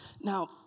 Now